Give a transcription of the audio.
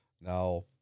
Now